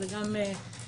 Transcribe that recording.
זה גם בתקנות,